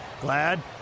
Glad